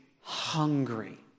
hungry